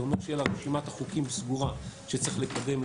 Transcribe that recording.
זה אומר שתהיה לה רשימת חוקים סגורה שצריך לקדם,